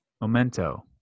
Memento